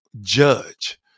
judge